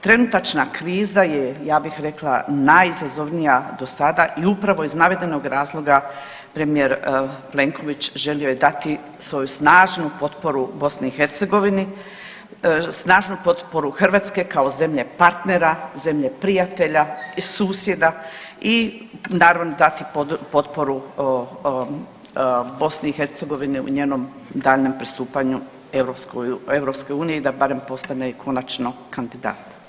Trenutačna kriza je, ja bih rekla, najizazovnija do sada i upravo iz navedenog razloga, premijer Plenković želi je dati svoju snažnu potporu BiH, snažnu potporu Hrvatske kao zemlje partnera, zemlje prijatelja, susjeda i naravno, dati potporu BiH u njenom daljnjem pristupanju EU, da barem postane konačno kandidat.